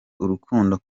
urukundo